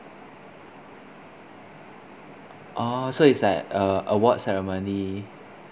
oh so it's like uh award ceremony